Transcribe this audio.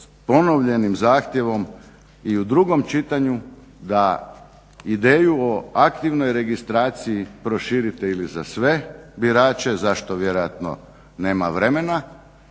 ponovljenim zahtjevom i u drugom čitanju da ideju o aktivnoj registraciji proširite ili za sve birače za što vjerojatno nema vremena